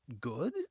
good